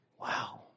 Wow